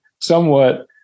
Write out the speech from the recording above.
somewhat